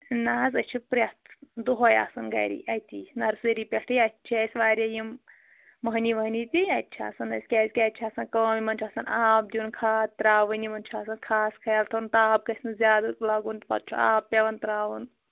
نہَ حظ أسۍ چھِ پرٛتھ دۅہے آسان گَری أتی نَرسٔری پیٚٹھٕے اَسہِ چھِ اتہِ واریاہ یِم مۅہنی وۅہنی تی اتہِ چھِ آسان اسہِ کیٛازِ کہِ اتہِ چھِ آسان اسہِ کٲم یِمَن چھُ آسان آب دِیُن کھاد ترٛاوٕنۍ یِمن چھِ آسان خاص خَیال تھاوُن تاپھ گژھِ نہٕ زیادٕ لَگُن پَتہٕ چھُ آب پیٚوان ترٛاوُن